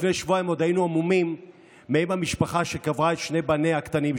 לפני שבועיים עוד היינו המומים מאם המשפחה שקברה את שני בניה הקטנים,